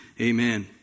Amen